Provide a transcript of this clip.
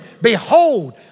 Behold